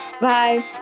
Bye